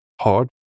hard